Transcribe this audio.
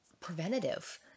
preventative